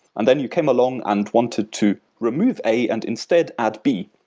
and then you came along and wanted to remove a and instead add b.